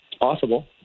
possible